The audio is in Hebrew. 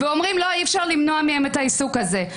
ואומרים, לא, אי אפשר למנוע מהן את העיסוק הזה.